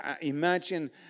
Imagine